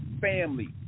family